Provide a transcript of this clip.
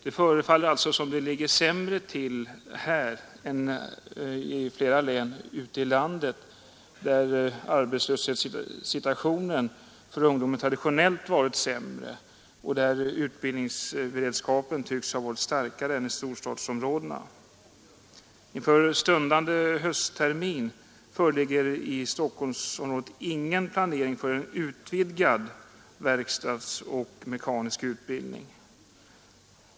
Det förefaller alltså ligga sämre till här än i flera län ute i landet, där arbetslöshetssituationen för ungdomen traditionellt har varit sämre och där utbildningsberedskapen sålunda tycks ha varit starkare än i storstadsområdena. Inför stundande hösttermin föreligger det i Stockholmsområdet ingen planering för en utvidgad verkstadsutbildning och mekanisk utbildning.